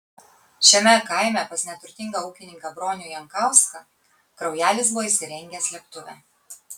šiame kaime pas neturtingą ūkininką bronių jankauską kraujelis buvo įsirengęs slėptuvę